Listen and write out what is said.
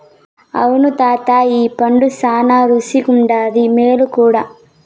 అవును తాతా ఈ పండు శానా రుసిగుండాది, మేలు కూడా